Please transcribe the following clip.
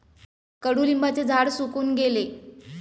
कडुलिंबाचे झाड सुकून गेले